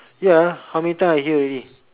ya how many time I hear already